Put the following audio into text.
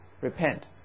repent